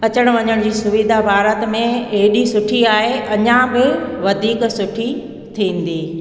अचण वञण जी सुविधा भारत में हेॾी सुठी आहे अञा बि वधीक सुठी थींदी